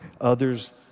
others